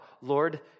Lord